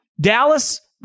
Dallas